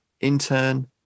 intern